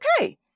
okay